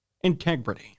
Integrity